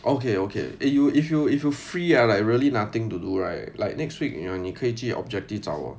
okay okay eh you if you if you free ah like really nothing to do right like next week ah 你可以去 objective 找